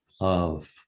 love